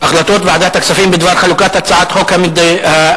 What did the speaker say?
החלטות ועדת הכספים בדבר חלוקת הצעת חוק המדיניות